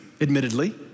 admittedly